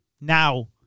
now